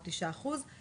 או תשעה אחוז ולזוג,